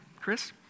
Chris